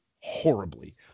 horribly